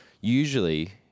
usually